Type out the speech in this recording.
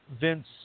Vince